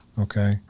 okay